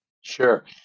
Sure